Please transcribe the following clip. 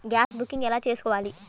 Gas booking ఎలా చేసుకోవాలి?